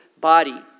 body